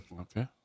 Okay